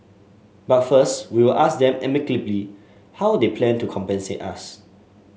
but first we will ask them amicably how they plan to compensate us